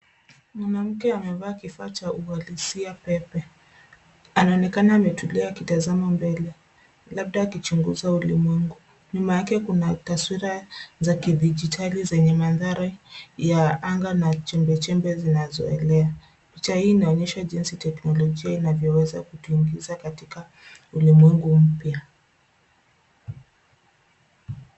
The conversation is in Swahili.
Mwanamke amevaa kifaa cha uhalisia pepe. Anaonekana ametulia akitazama mbele labda akichunguza ulimwengu. Nyuma yake kuna taswira za kidijitali zenye mandhari ya anga na chembechembe zinazoelea. Picha hii inaonyesha jinsi teknolojia inavyoweza kutuingiza katika ulimwengu mpya.